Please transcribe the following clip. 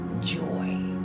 joy